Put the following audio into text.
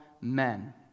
men